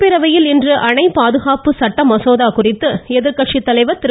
சட்டப்பேரவையில் இன்று அணைப்பாதுகாப்பு சட்ட மசோதா குறித்து எதிர்க்கட்சித் தலைவர் திரு